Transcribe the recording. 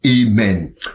Amen